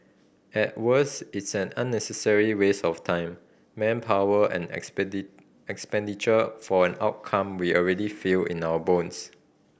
at worst it's an unnecessary waste of time manpower and expenditure for an outcome we already feel in our bones